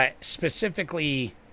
specifically